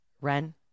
Ren